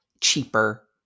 cheaper